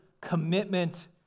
commitment